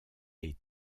est